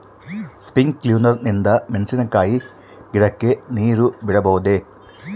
Sprinkler ನಿಂದ ಮೆಣಸಿನಕಾಯಿ ಗಿಡಕ್ಕೆ ನೇರು ಬಿಡಬಹುದೆ?